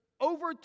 over